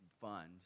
fund